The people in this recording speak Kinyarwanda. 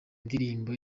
indirimbo